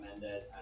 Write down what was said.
Mendes